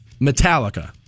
Metallica